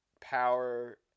power